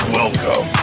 welcome